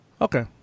Okay